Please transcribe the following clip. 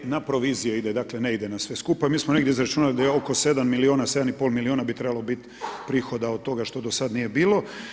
Ide na provizije, ide dakle, ne ide na sve skupa, mi smo negdje izračunali da je oko 7 milijuna, 7,5 milijuna bi trebalo biti prihoda od toga što do sad nije bilo.